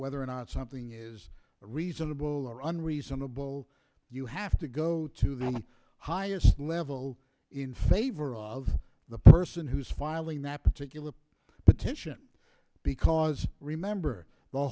whether or not something is reasonable or unreasonable you have to go to the highest level in favor of the person who's filing that particular petition because remember the